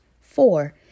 Four